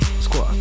squat